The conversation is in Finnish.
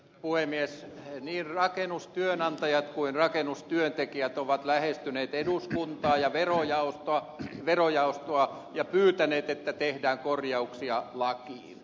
niin rakennustyönantajat kuin rakennustyöntekijät ovat lähestyneet eduskuntaa ja verojaostoa ja pyytäneet että tehdään korjauksia lakiin